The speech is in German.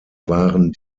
waren